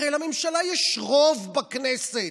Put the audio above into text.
הרי לממשלה יש רוב בכנסת.